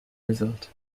result